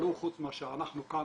ותתפלאו חוץ מאשר אנחנו כאן